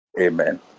Amen